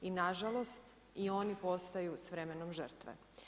I nažalost, i oni postanu s vremenom žrtve.